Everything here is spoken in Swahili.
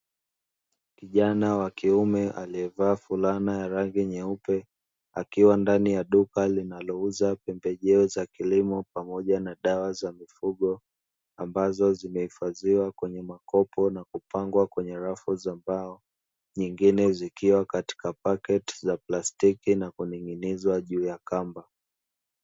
Kijana wa kiume aliyevaa fulana ya rangi nyeupe, akiwa ndani ya duka linalouza pembejeo za kilimo pamoja na dawa za mifugo ambazo zimehifadhiwa kwenye makopo na kupangwa kwenye rafu za mbao, nyingine zikiwa katika pakiti za plastiki na kuning'inizwa juu ya kamba.